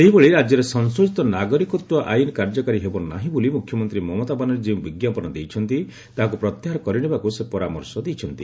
ସେହିଭଳି ରାଜ୍ୟରେ ସଂଶୋଧିତ ନାଗରିକତ୍ୱ ଆଇନ କାର୍ଯ୍ୟକାରୀ ହେବ ନାହିଁ ବୋଲି ମୁଖ୍ୟମନ୍ତ୍ରୀ ମମତା ବାନାର୍ଜୀ ଯେଉଁ ବିଜ୍ଞାପନ ଦେଇଛନ୍ତି ତାହାକୁ ପ୍ରତ୍ୟାହାର କରିନେବାକୁ ସେ ପରାମର୍ଶ ଦେଇଛନ୍ତି